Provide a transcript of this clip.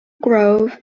grove